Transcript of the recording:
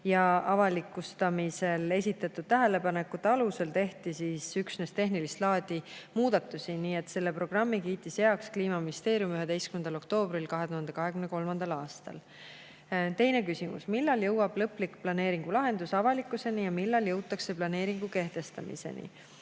Avalikustamisel esitatud tähelepanekute alusel tehti üksnes tehnilist laadi muudatusi. Selle programmi kiitis Kliimaministeerium 11. oktoobril 2023. aastal heaks. Teine küsimus: "Millal jõuab lõplik planeeringulahendus avalikkuseni ja millal jõutakse planeeringu kehtestamiseni?"